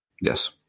Yes